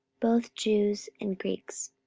both jews and greeks.